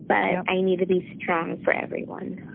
but i i need to be strong for everyone